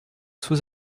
sous